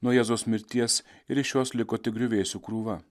nuo jėzaus mirties ir iš jos liko tik griuvėsių krūva